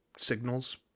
signals